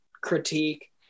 critique